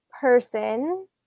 person